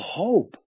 hope